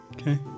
Okay